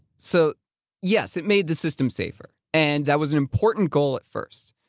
so yes, it made the system safer. and that was an important goal at first.